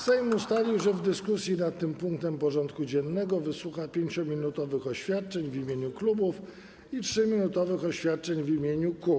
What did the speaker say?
Sejm ustalił, że w dyskusji nad tym punktem porządku dziennego wysłucha 5-minutowych oświadczeń w imieniu klubów i 3-minutowych oświadczeń imieniu kół.